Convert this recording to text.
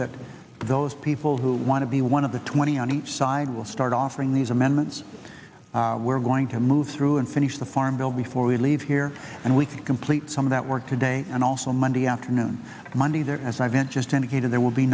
that those people who want to be one of the twenty on each side will start offering these amendments we're going to move through and finish the farm bill before we leave here and we can complete some of that work today and also monday afternoon monday there as i venture stand again there will be